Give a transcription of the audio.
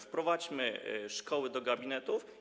Wprowadźmy szkoły do gabinetów.